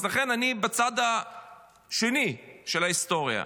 לכן, אני בצד השני של ההיסטוריה.